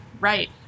right